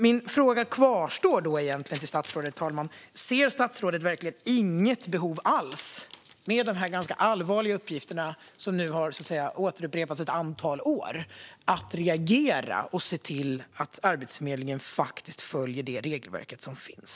Min fråga till statsrådet kvarstår, herr talman: Ser statsrådet verkligen inget behov alls, med de ganska allvarliga uppgifter som nu har upprepats ett antal år, att reagera och se till att Arbetsförmedlingen faktiskt följer det regelverk som finns?